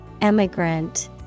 Emigrant